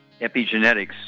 Epigenetics